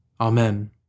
Amen